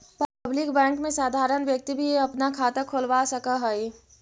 public bank में साधारण व्यक्ति भी अपना खाता खोलवा सकऽ हइ